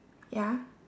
ya